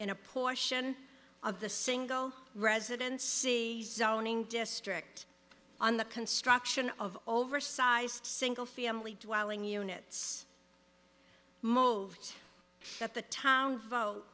in a portion of the single residence see zoning district on the construction of oversized single family dwelling units moved at the town vote